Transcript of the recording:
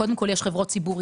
קודם כול, יש חברות ציבוריות,